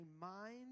mind